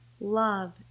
Love